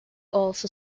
also